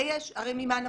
הרי ממה נפשך?